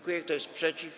Kto jest przeciw?